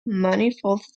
manifold